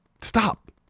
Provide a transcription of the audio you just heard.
Stop